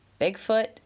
Bigfoot